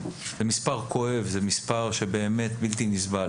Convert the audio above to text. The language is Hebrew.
זה מספר כואב, זה מספר שבאמת בלתי נסבל,